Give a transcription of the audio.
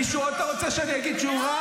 עצרתי והמשכתי כשהמשכת.